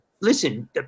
Listen